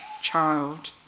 child